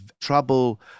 trouble